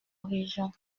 régent